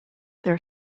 their